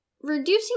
Reducing